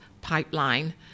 pipeline